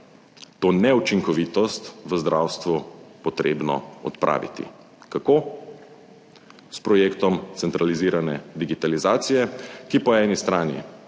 to neučinkovitost v zdravstvu potrebno odpraviti. Kako? S projektom centralizirane digitalizacije, ki po eni strani